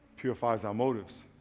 purifies our motives.